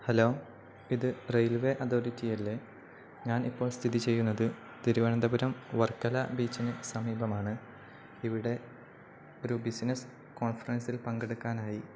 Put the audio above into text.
hello ഇത് railway authority അല്ലേ ഞാനിപ്പോൾ സ്ഥിതി ചെയ്യുന്നത് തിരുവനന്തപുരം വർക്കല ബീച്ചിന് സമീപമാണ് ഇവിടെ ഒരു ബിസിനസ്സ് കോൺഫറൻസിൽ പങ്കെടുക്കാനായി